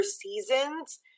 seasons